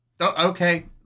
Okay